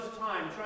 time